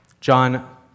John